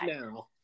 now